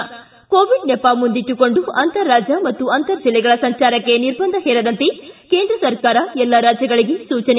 ಿ ಕೋವಿಡ್ ನೆಪ ಮುಂದಿಟ್ಟುಕೊಂಡು ಅಂತರರಾಜ್ಯ ಮತ್ತು ಅಂತರ ಜಿಲ್ಲೆಗಳ ಸಂಚಾರಕ್ಕೆ ನಿರ್ಬಂಧ ಹೇರದಂತೆ ಕೇಂದ್ರ ಸರ್ಕಾರ ಎಲ್ಲ ರಾಜ್ಯಗಳಿಗೆ ಸೂಚನೆ